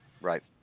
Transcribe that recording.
Right